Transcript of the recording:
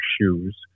shoes